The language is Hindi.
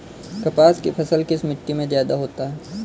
कपास की फसल किस मिट्टी में ज्यादा होता है?